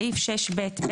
סעיף 6ב(ב).